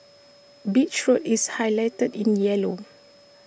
beach road is highlighted in yellow